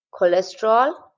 cholesterol